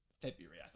February